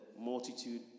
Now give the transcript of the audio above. multitude